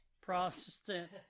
Protestant